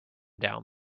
down